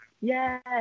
yes